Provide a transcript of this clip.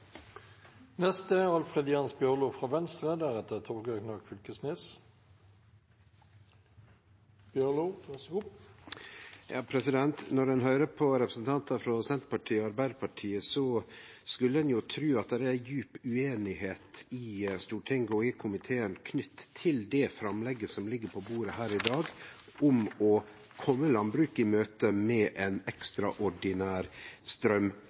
Når ein høyrer på representantar frå Senterpartiet og Arbeidarpartiet, skulle ein jo tru at det er ei djup ueinigheit i Stortinget og i komiteen knytt til det framlegget som ligg på bordet her i dag, om å kome landbruket i møte med